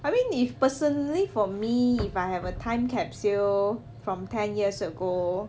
I mean if personally for me if I have a time capsule from ten years ago